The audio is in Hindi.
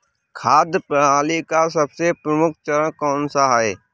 खाद्य प्रणाली का सबसे प्रमुख चरण कौन सा है?